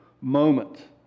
moment